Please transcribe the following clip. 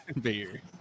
Beer